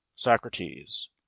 socrates